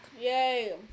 Yay